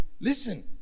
listen